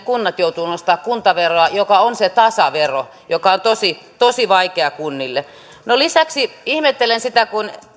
kunnat joutuvat nostamaan kuntaveroa joka on se tasavero joka on tosi tosi vaikea kunnille no lisäksi ihmettelen sitä kun